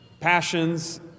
passions